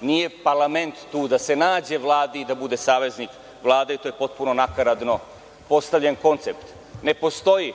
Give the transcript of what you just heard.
Nije parlament tu da se nađe Vladi i da bude saveznik Vlade. To je potpuno nakaradno postavljen koncept. Ne postoji